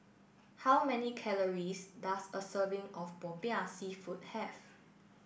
how many calories does a serving of Popiah Seafood have